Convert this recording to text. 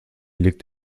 liegt